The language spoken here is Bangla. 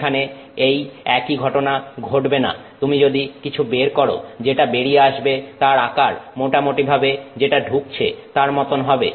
এখানে এই একই ঘটনা ঘটবে না তুমি যদি কিছু বের করো যেটা বেরিয়ে আসবে তার আকার মোটামুটি ভাবে যেটা ঢুকেছে তার মতন হবে